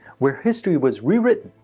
where history was rewritten.